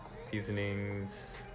seasonings